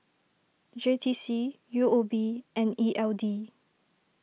J T C U O B and E L D